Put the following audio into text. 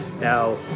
Now